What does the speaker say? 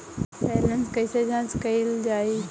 Balance कइसे जांच कइल जाइ?